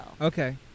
Okay